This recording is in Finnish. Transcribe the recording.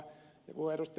kun ed